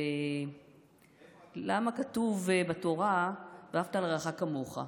ולמה כתוב בתורה "ואהבת לרעך כמוך"?